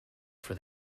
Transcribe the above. for